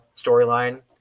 storyline